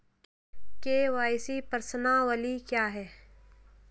KYC प्रश्नावली क्या है?